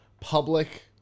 public